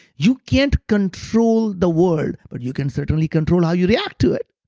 you can't control the world, but you can certainly control how you react to it.